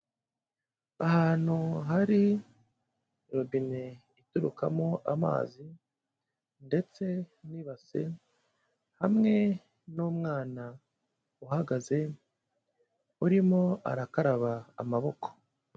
Ahantu hari robine iturukamo amazi ndetse n'ibase hamwe n'umwana uhagaze urimo arakaraba amaboko.